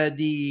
di